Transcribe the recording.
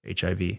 HIV